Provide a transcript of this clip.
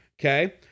Okay